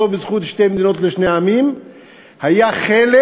בזכות שתי מדינות לשני עמים הייתה חלק